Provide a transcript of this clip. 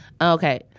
okay